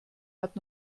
hat